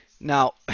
Now